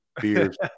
beers